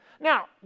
Now